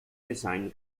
design